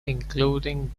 including